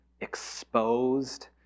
exposed